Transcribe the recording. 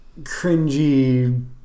cringy